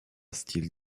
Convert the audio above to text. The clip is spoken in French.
style